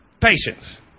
patience